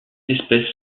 espèce